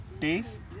taste